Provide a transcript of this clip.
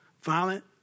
violent